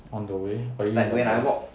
on the way oh you